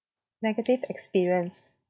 negative experience